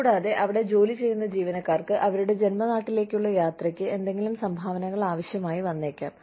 കൂടാതെ അവിടെ ജോലി ചെയ്യുന്ന ജീവനക്കാർക്ക് അവരുടെ ജന്മനാട്ടിലേക്കുള്ള യാത്രയ്ക്ക് എന്തെങ്കിലും സംഭാവനകൾ ആവശ്യമായി വന്നേക്കാം